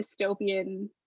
dystopian